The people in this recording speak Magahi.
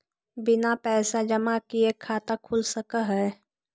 बिना पैसा जमा किए खाता खुल सक है?